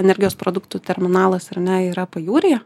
energijos produktų terminalas ar ne yra pajūryje